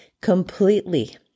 completely